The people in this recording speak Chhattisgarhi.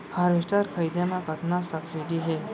हारवेस्टर खरीदे म कतना सब्सिडी हे?